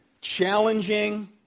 challenging